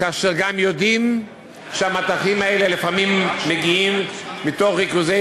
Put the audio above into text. וגם יודעים שהמטחים האלה לפעמים מגיעים מתוך ריכוזי